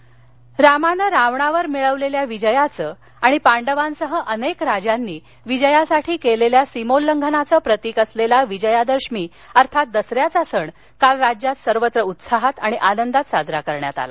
दसरा रामानं रावणावर मिळवलेल्या विजयाचं आणि पांडवांसह अनेक राजांनी विजयासाठी केलेल्या सीमोल्लंघनाचं प्रतीक असलेला विजयादशमी अर्थात दसऱ्याचा सण काल राज्यात सर्वत्र उत्साहात आणि आनंदात साजरा करण्यात आला